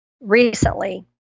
recently